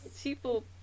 people